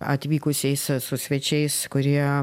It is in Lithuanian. atvykusiais su svečiais kurie